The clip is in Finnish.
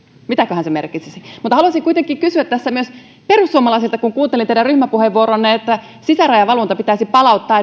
mitäköhän se merkitsisi haluaisin kuitenkin kysyä myös perussuomalaisilta kun kuuntelin teidän ryhmäpuheenvuoroanne ja sitä että sisärajavalvonta pitäisi palauttaa